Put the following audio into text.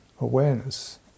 awareness